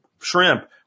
shrimp